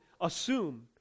assume